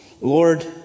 Lord